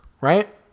right